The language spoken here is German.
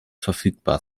verfügbar